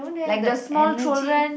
like the small children